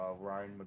ryan